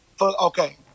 Okay